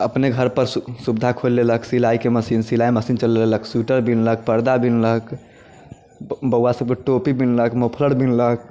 अपने घर पर सुविधा खोलि लेलक सिलाइके मशीन सिलाइ मशीन चलयलक स्वेटर बिनलक पर्दा बिनलक बौआ सभकेँ टोपी बिनलक मफलर बिनलक